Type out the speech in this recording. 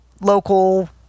local